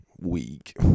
week